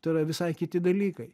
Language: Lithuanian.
tai yra visai kiti dalykai